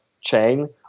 chain